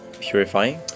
Purifying